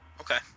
Okay